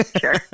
Sure